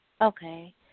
Okay